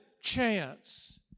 chance